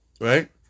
right